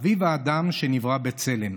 "חביב אדם שנברא בצלם".